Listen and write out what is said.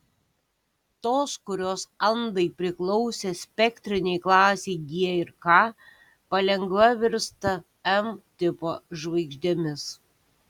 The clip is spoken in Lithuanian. tos kurios andai priklausė spektrinei klasei g ir k palengva virsta m tipo žvaigždėmis